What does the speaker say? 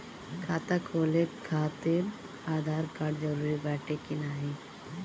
खाता खोले काहतिर आधार कार्ड जरूरी बाटे कि नाहीं?